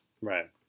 Right